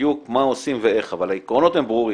בדיוק מה עושים ואיך, אבל העקרונות הם ברורים.